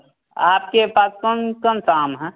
आपके पास कौन कौनसा आम है